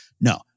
No